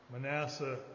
Manasseh